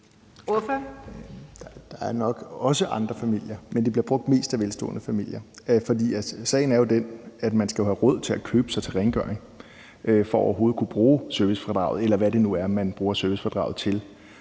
Der er nok også andre familier, men det bliver brugt mest af velstående familier; for sagen er jo den, at man skal have råd til at købe sig til rengøring for overhovedet at kunne bruge servicefradraget, eller hvad det nu er, man bruger servicefradraget til,